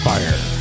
Fire